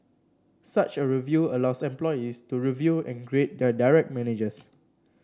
such a review allows employees to review and grade their direct managers